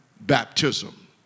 baptism